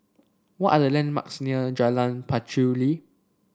what are the landmarks near Jalan Pacheli